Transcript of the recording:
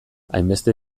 hainbeste